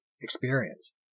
experience